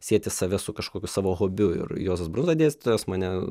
sieti save su kažkokiu savo hobiu ir juozas brunza dėstytojas mane